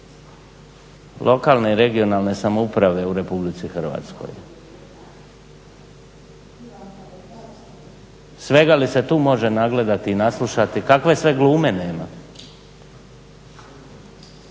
lokalne i regionalne samouprave u Republici Hrvatskoj. Svega li se tu može nagledati i naslušati, kakve sve glume nema.